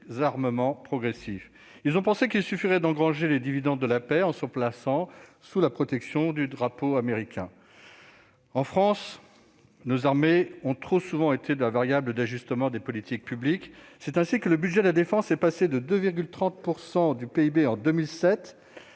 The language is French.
désarmement progressif, pensant qu'il suffirait d'engranger les dividendes de la paix en se plaçant sous le parapluie militaire américain. En France, nos armées ont trop souvent été la variable d'ajustement des politiques publiques. C'est ainsi que le budget de la défense est passé de 2,30 % du PIB en 2007